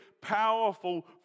powerful